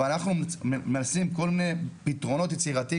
אבל אנחנו מנסים כל מיני פתרונות יצירתיים.